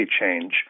change